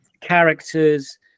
characters